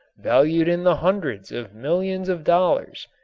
valued in the hundreds of millions of dollars,